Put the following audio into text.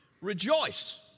Rejoice